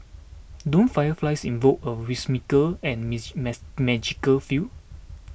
don't fireflies invoke a whimsical and miss mess magical feel